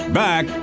back